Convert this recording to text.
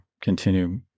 continue